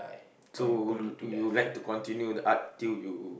so do you like to continue the art till you